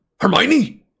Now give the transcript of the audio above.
Hermione